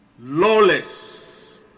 Lawless